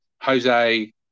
Jose